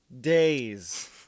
days